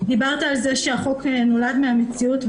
דיברת על כך שהחוק נולד מן המציאות.